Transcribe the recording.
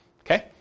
Okay